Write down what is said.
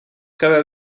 cada